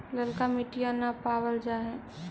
ललका मिटीया न पाबल जा है?